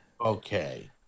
okay